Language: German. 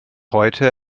heute